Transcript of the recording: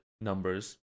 numbers